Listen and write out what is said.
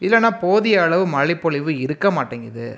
இல்லைன்னா போதிய அளவு மழைப்பொளிவு இருக்க மாட்டேங்குது